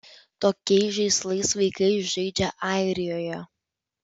tokiais žaislais vaikai žaidžia airijoje